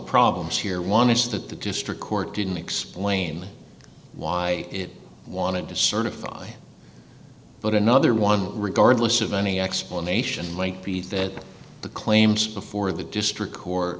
problems here one is that the district court didn't explain why it wanted to certify but another one regardless of any explanation that the claims before the district co